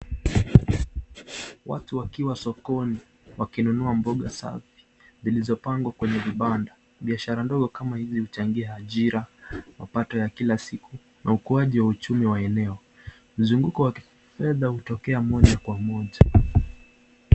Watu wakiwa sokoni wakinunua mboga safi, zilizopangwa kwenye vibanda biashara ndogo kama hizi huchangia ajira, mapato ya kila siku, na ukuaji Wa uchumi wa eneo, mzunguko wa kifedha hutokea moja Kwa moja.